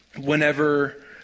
whenever